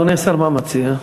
אדוני השר, מה מציע?